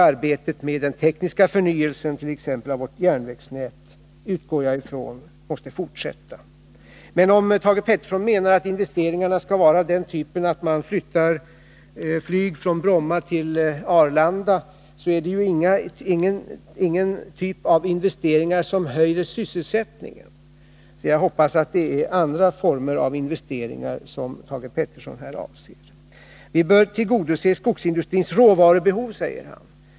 Arbetet med den tekniska förnyelsen av vårt järnvägsnät utgår jag från måste fortsätta. Men om Thage Peterson menar att investeringarna skall vara av den typen att man flyttar inrikesflyget från Bromma till Arlanda är det inte investeringar som höjer sysselsättningen. Jag hoppas att det är andra former av investeringar som Thage Peterson avser här. Vi bör tillgodose skogsindustrins råvarubehov, säger han.